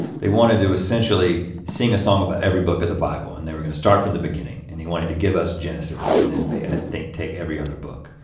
they wanted to essentially sing a song about every book of the bible. and they were gonna start from the beginning and he wanted to give us genesis and then they i think, take every other book,